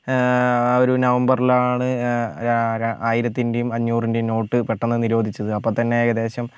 ഒരു നവംബറിൽ ആണ് ആയിരത്തിൻറ്റെയും അഞ്ഞൂറിൻറ്റെയും നോട്ട് പെട്ടെന്ന് നിരോധിച്ചത് അപ്പം തന്നെ ഏകദേശം